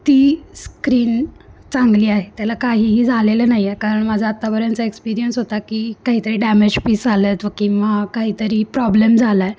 ती स्क्रीन चांगली आहे त्याला काहीही झालेलं नाही आहे कारण माझा आत्तापर्यंतचा एक्सपीरियन्स होता की काहीतरी डॅमेज पीस आले आहेत व किंवा काहीतरी प्रॉब्लेम झाला आहे